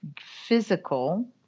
physical